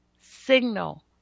signal